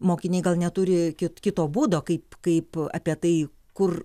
mokiniai gal neturi kit būdo kaip kaip apie tai kur